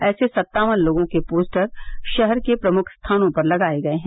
ऐसे सत्तावन लोगों के पोस्टर शहर के प्रमुख स्थानों पर लगाए गए हैं